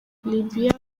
libya